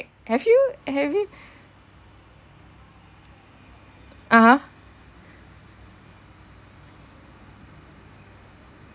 have you have you (uh huh)